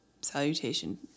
salutation